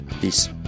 Peace